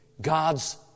God's